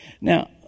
Now